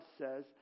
says